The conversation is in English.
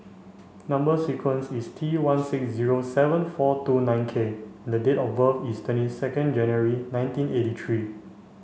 number sequence is T one six zero seven four two nine K and the date of birth is twenty second January nineteen eighty three